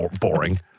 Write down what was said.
boring